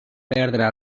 perdre